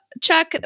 Chuck